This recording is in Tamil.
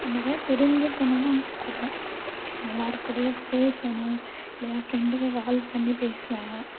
நிறையா தெரிஞ்சிக்கணும்ன்னு ஆசைப்படுவேன் எல்லாருக்கூடயும் பேசணும் இல்லை என் ஃப்ரெண்டுக்கு கால் பண்ணி பேசுவேன்